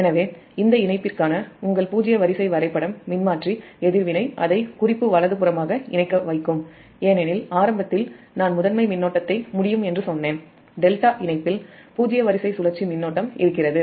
எனவே இந்த இணைப்பிற்கான உங்கள் பூஜ்ஜிய வரிசை வரைபடம் மின்மாற்றி எதிர்வினை அதை இணைக்க வைக்கும் ஏனெனில் ஆரம்பத்தில் நான் முதன்மை மின்னோட்டத்தை முடியும் என்று சொன்னேன் ∆ இணைப்பியில் பூஜ்ஜிய வரிசை சுழற்சி மின்னோட்டம் இருக்கிறது